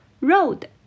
Road